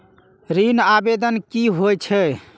ऋण आवेदन की होय छै?